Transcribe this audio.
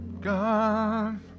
God